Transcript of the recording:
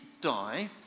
die